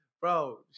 Bro